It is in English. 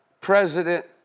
president